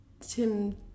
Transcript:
tim